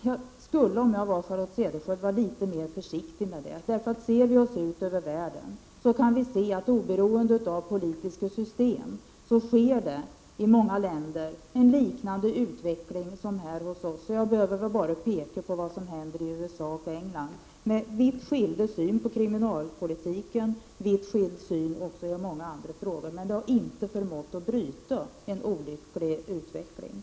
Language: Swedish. Om jag var Charlotte Cederschiöld skulle jag vara litet mera försiktig. Ser vi oss omkring i världen, finner vi att det i många länder pågår en utveckling som liknar den hos oss, oberoende av politiska system. Man behöver bara peka på vad som sker i USA och England. Dessa länder har en helt annan syn på kriminalpolitiken och på många andra frågor. Det har inte förmått bryta den olyckliga utvecklingen.